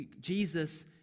Jesus